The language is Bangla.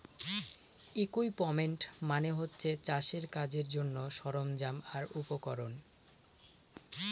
ইকুইপমেন্ট মানে হচ্ছে চাষের কাজের জন্যে সরঞ্জাম আর উপকরণ